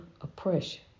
oppression